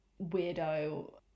weirdo